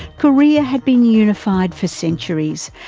korea had been unified for centuries,